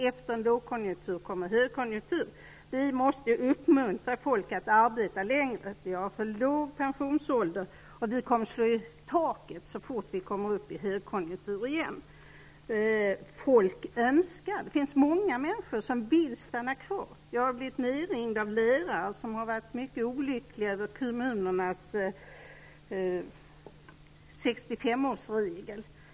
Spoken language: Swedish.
Efter en lågkonjunktur kommer en högkonjunktur. Vi måste uppmuntra folk att arbeta längre. Vi har för låg pensionsålder. Vi kommer att slå i taket så fort vi kommer upp i en högkonjunktur igen. Det finns många människor som vill stanna kvar på arbetet. Jag har blivit nerringd av lärare som har varit mycket olyckliga över kommunernas 65 årsregel.